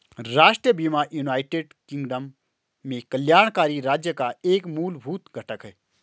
राष्ट्रीय बीमा United Kingdom में कल्याणकारी राज्य का एक मूलभूत घटक है